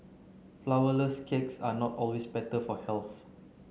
flour less cakes are not always better for health